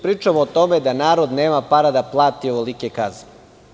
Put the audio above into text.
Pričamo o tome da narod nema para da plati ovolike kazne.